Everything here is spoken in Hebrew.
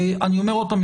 אני אומר עוד פעם,